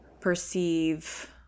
perceive